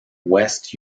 west